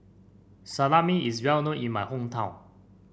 salami is well known in my hometown